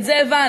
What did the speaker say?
את זה הבנו.